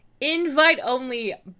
Invite-only